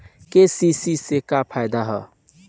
KCC से का फायदा ह?